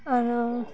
आओर